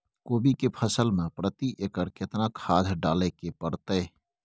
कोबी के फसल मे प्रति एकर केतना खाद डालय के परतय?